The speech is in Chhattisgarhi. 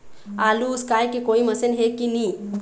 आलू उसकाय के कोई मशीन हे कि नी?